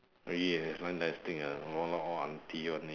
!ee! line dancing ah that one not all auntie [one] meh